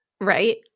right